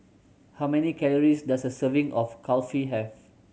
how many calories does a serving of Kulfi have